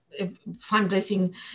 fundraising